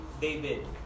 David